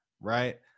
right